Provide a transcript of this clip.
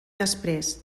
després